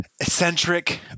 eccentric